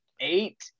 eight